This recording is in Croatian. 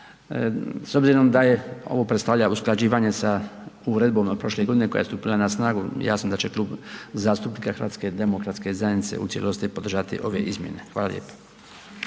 S obzirom da je ovo predstavlja usklađivanje sa uredbom od prošle godine koja je stupila na snagu, jasno da će Klub HDZ-a u cijelosti podržati ove izmjene. Hvala lijepo.